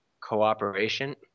cooperation